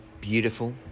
beautiful